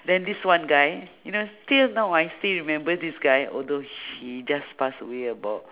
then this one guy you know still now I still remember this guy although he just pass away about